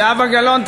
זהבה גלאון,